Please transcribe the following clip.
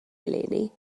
eleni